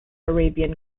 arabian